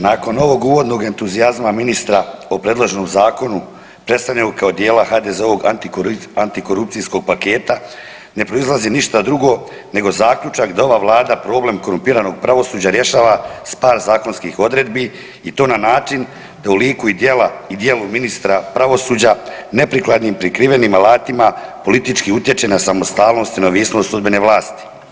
Nakon ovog uvodnog entuzijazma ministra o predloženom zakonu predstavljenog kao dijela HDZ-ovog antikorupcijskog paketa ne proizlazi ništa drugo nego zaključak da ova Vlada problem korumpiranog pravosuđa rješava sa par zakonskih odredbi i to na način da u liku i djelu ministra pravosuđa neprikladnim prikrivenim alatima politički utječe na samostalnost i neovisnost sudbene vlasti.